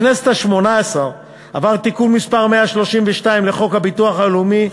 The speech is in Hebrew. בכנסת השמונה-עשרה עבר תיקון מס' 132 לחוק הביטוח הלאומי,